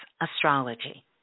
astrology